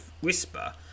Whisper